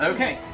Okay